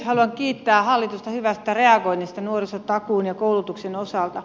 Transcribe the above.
haluan kiittää hallitusta hyvästä reagoinnista nuorisotakuun ja koulutuksen osalta